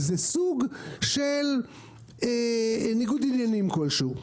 זה סוג של ניגוד עניינים כלשהו,